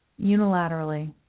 unilaterally